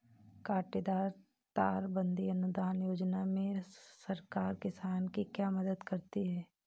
कांटेदार तार बंदी अनुदान योजना में सरकार किसान की क्या मदद करती है?